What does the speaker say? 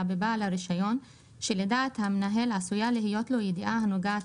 ובעל הרישיון שלדעת המנהל עשויה להיות לו ידיעה הנוגעת